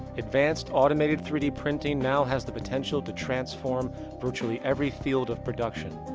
advanced, automated three d printing now has the potential to transform virtually every field of production,